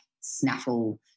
snaffle